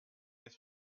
his